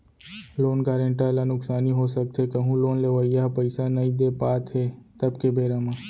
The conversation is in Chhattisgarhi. लोन गारेंटर ल नुकसानी हो सकथे कहूँ लोन लेवइया ह पइसा नइ दे पात हे तब के बेरा म